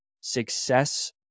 success